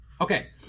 Okay